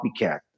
copycat